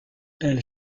elle